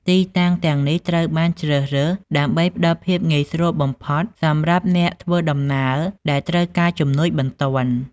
ទីតាំងទាំងនេះត្រូវបានជ្រើសរើសដើម្បីផ្តល់ភាពងាយស្រួលបំផុតសម្រាប់អ្នកធ្វើដំណើរដែលត្រូវការជំនួយបន្ទាន់។